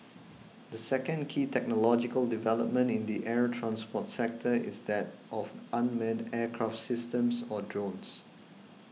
the second key technological development in the air transport sector is that of unmanned aircraft systems or drones